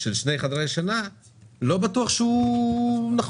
של שני חדרי שינה לא בטוח שהוא נכון.